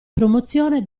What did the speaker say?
promozione